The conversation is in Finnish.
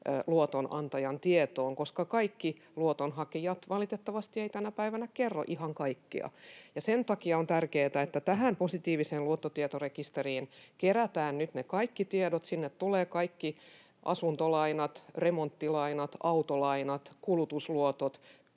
luotonantajan tietoon, koska kaikki luotonhakijat valitettavasti eivät tänä päivänä kerro ihan kaikkea. Sen takia on tärkeätä, että tähän positiiviseen luottotietorekisteriin kerätään nyt kaikki tiedot, sinne tulevat kaikki asuntolainat, remonttilainat, autolainat, kulutusluotot,